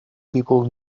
people